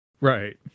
Right